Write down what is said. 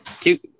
cute